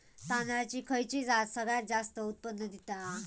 तांदळाची खयची जात सगळयात जास्त उत्पन्न दिता?